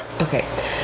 Okay